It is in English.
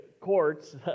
courts